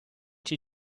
she